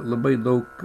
labai daug